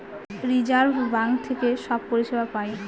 reserve bank থেকে সব পরিষেবা পায়